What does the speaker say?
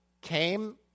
came